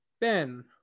Ben